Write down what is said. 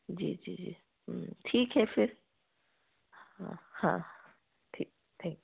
जी जी जी ठीक है फ़िर हा ठीक है ठीक है